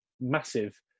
massive